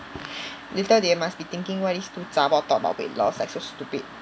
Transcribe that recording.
later they must be thinking why these two zha bor talk about weight loss like so stupid